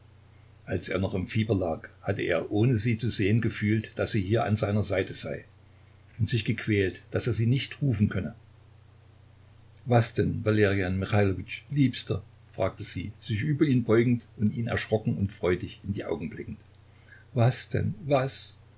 als er noch im fieber lag hatte er ohne sie zu sehen gefühlt daß sie hier an seiner seite sei und sich gequält daß er sie nicht rufen könne was denn valerian michailowitsch liebster fragte sie sich über ihn beugend und ihm erschrocken und freudig in die augen blickend was denn was